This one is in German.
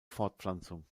fortpflanzung